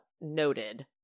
noted